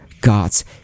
gods